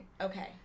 Okay